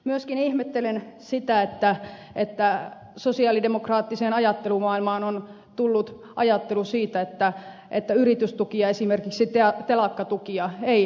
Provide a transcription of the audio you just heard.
myöskin ihmettelen sitä että sosialidemokraattiseen ajattelumaailmaan on tullut ajattelu siitä että yritystukia esimerkiksi telakkatukia ei tulisi olla